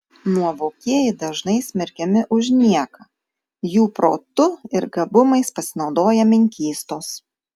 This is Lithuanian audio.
nuovokieji dažnai smerkiami už nieką jų protu ir gabumais pasinaudoja menkystos